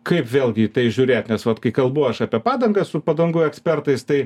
kaip vėlgi į tai žiūrėt nes vat kai kalbu aš apie padangas su padangų ekspertais tai